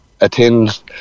attend